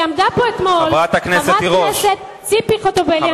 כי עמדה פה אתמול חברת הכנסת ציפי חוטובלי,